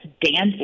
dancing